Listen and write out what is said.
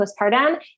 postpartum